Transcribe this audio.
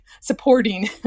supporting